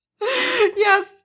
Yes